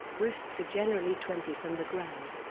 roosts are generally twenty from the ground.